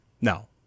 No